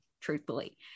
truthfully